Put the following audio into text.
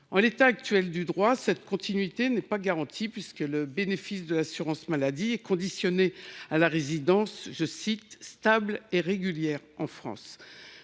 En l’état actuel du droit, cette continuité n’est pas garantie, puisque le bénéfice de l’assurance maladie est conditionné à la résidence « stable et régulière » en France.